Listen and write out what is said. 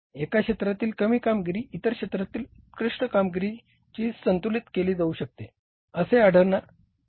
एका क्षेत्रातील कमी कामगिरी इतर क्षेत्रातील उत्कृष्ट कामगिरीद्वारे संतुलित केली जाऊ शकते